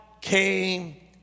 came